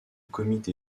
comité